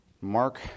Mark